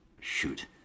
Shoot